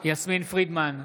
יסמין פרידמן,